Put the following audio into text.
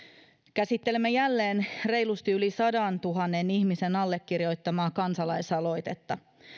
käsittelemme jälleen reilusti yli sadantuhannen ihmisen allekirjoittamaa kansalaisaloitetta